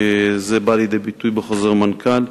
זה בא לידי ביטוי בחוזר מנכ"ל,